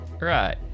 Right